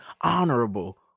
honorable